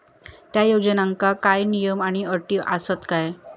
त्या योजनांका काय नियम आणि अटी आसत काय?